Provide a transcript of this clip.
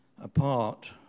apart